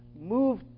move